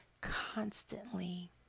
constantly